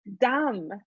dumb